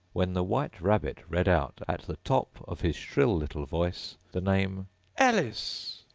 when the white rabbit read out, at the top of his shrill little voice, the name alice!